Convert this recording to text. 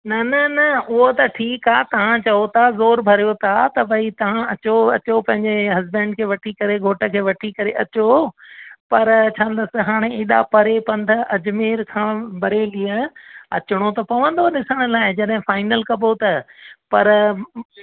न न न उहो त ठीकु आहे तव्हां चओ था ज़ोरु भरियो था त भाई तव्हां अचो अचो पंहिंजे हजबैंड खे वठी करे घोट खे वठी करे अचो पर छा अथसि हाणे अहिड़ा परे पंध अजमेर खां बरेलीअ अचिणो त पवंदो ॾिसण लाइ जॾहिं फाइनल कबो त पर